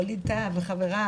וליד טאהא וחבריו